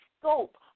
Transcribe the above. scope